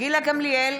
גילה גמליאל,